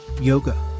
yoga